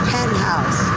Penthouse